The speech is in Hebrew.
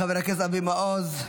חבר הכנסת אבי מעוז,